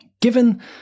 Given